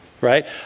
Right